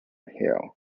hell